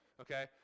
okay